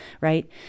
right